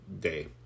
day